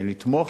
לתמוך.